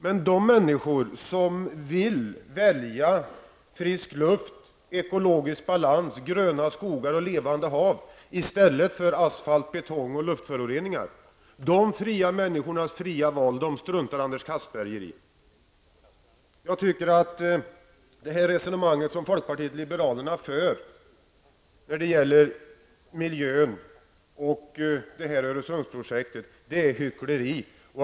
Men de fria människors val av frisk luft, ekologisk balans, gröna skogar och levande hav i stället för asfalt, betong och luftföroreningar struntar Anders Castberger i. Jag tycker att det resonemang som folkpartiet liberalerna för i fråga om Öresundsprojektet och miljön är hyckleri.